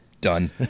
Done